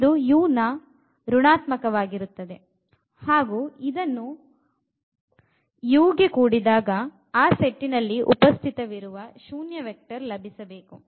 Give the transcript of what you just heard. ಇದು u ನ ಋಣಾತ್ಮಕ ವಾಗಿರುತ್ತದೆ ಹಾಗು ಇದನ್ನು uಗೆ ಕೂಡಿದಾಗ ಆ ಸೆಟ್ಟಿನಲ್ಲಿ ಉಪಸ್ಥಿತವಿರುವ ಶೂನ್ಯ ವೆಕ್ಟರ್ ಲಭಿಸಬೇಕು